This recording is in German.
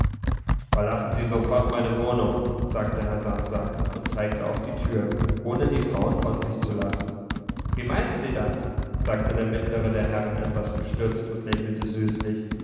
verlassen sie sofort meine wohnung sagte herr samsa und zeigte auf die tür ohne die frauen von sich zu lassen wie meinen sie das sagte der mittlere der herren etwas bestürzt und lächelte süßlich